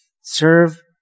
Serve